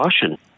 caution